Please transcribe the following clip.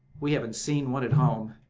we haven't seen one at home.